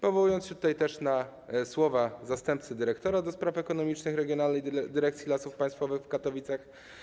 Powołam się na słowa zastępcy dyrektora do spraw ekonomicznych Regionalnej Dyrekcji Lasów Państwowych w Katowicach.